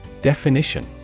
Definition